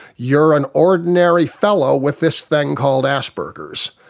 you are an ordinary fellow with this thing called asperger's.